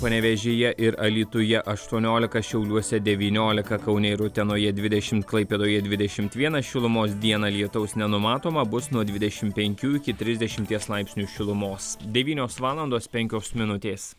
panevėžyje ir alytuje aštuoniolika šiauliuose devyniolika kaune ir utenoje dvidešimt klaipėdoje dvidešimt vienas šilumos dieną lietaus nenumatoma bus nuo dvidešimt penkių iki trisdešimties laipsnių šilumos devynios valandos penkios minutės